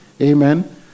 Amen